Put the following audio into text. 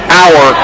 hour